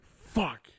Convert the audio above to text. fuck